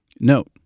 Note